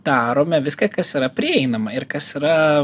darome viską kas yra prieinama ir kas yra